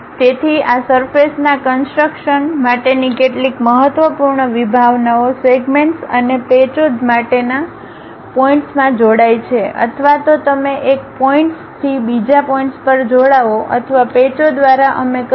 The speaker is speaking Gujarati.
તેથી આ સરફેસ ના કન્સટ્રક્શનકન્સટ્રક્શન માટેની કેટલીક મહત્વપૂર્ણ વિભાવનાઓ સેગમેન્ટ્સ અને પેચો માટેના પોઇન્ટ્સમાં જોડાઈ છે અથવા તો તમે એક પોઇન્ટ્સપોઇન્ટ્સથી બીજા પોઇન્ટ્સ પર જોડાઓ અથવા પેચો દ્વારા અમે કરીશું